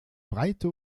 breite